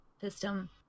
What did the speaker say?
system